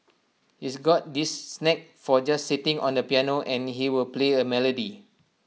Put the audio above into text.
he's got this knack for just sitting on the piano and he will play A melody